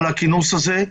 על הכינוס הזה,